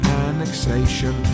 annexation